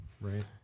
right